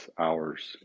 hours